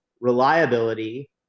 reliability